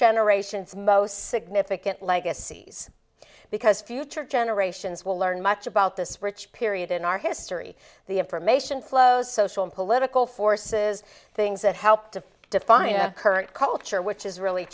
generation's most significant legacies because future generations will learn much about this rich period in our history the information flows social and political forces things that help to define current culture which is really